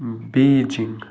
Beijing